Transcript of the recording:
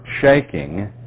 shaking